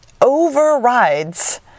overrides